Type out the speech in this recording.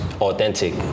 authentic